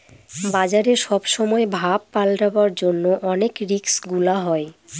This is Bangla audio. বাজারে সব সময় ভাব পাল্টাবার জন্য অনেক রিস্ক গুলা হয়